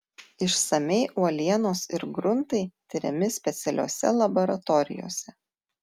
išsamiai uolienos ir gruntai tiriami specialiose laboratorijose